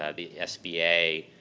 ah the sba,